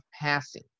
passing